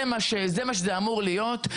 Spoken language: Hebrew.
זה מה שזה אמור להיות.